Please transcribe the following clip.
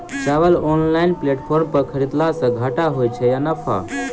चावल online platform पर खरीदलासे घाटा होइ छै या नफा?